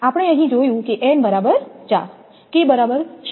આપણે અહીં જોયું કે n બરાબર 4 K બરાબર 0